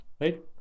right